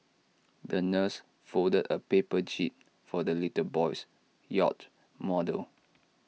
the nurse folded A paper jib for the little boy's yacht model